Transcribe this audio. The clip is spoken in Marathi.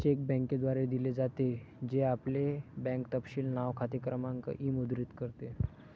चेक बँकेद्वारे दिले जाते, जे आपले बँक तपशील नाव, खाते क्रमांक इ मुद्रित करते